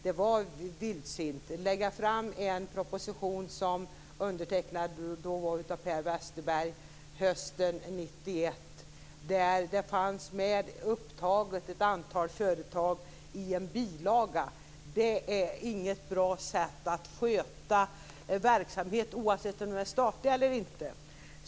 Det var vildsint att lägga fram en proposition, undertecknad av Per Westerberg hösten 1991, där det fanns upptaget ett antal företag i en bilaga. Det är inget bra sätt att sköta en verksamhet på oavsett om den är statlig eller inte.